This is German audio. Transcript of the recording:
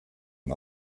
und